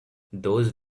those